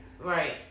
Right